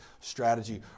strategy